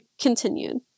continued